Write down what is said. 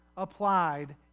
applied